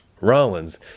Rollins